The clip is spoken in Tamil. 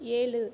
ஏழு